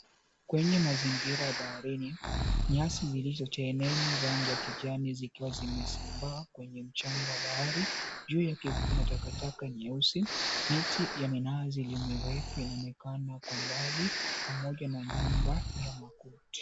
Kwenye mazingira ya baharini, nyasi zilizochanganya rangi ya kijani zikiwa zimesambaa kwenye mchanga wa bahari, juu ya kuna takataka nyeusi, miti ya minazi iliyo mirefu inaonekana kwa mbali pamoja na nyumba ya makuti.